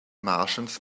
martians